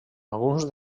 alguns